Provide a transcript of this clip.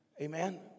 Amen